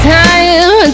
time